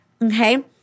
Okay